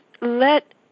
let